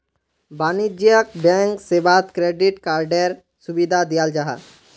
वाणिज्यिक बैंक सेवात क्रेडिट कार्डएर सुविधा दियाल जाहा